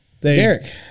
Derek